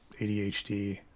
adhd